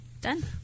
Done